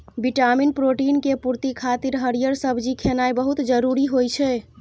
vitamin, protein के पूर्ति खातिर हरियर सब्जी खेनाय बहुत जरूरी होइ छै